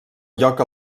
lloc